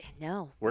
no